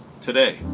today